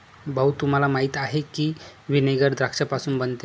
भाऊ, तुम्हाला माहीत आहे की व्हिनेगर द्राक्षापासून बनते